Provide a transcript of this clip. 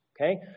Okay